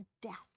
death